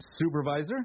Supervisor